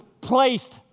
placed